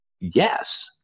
yes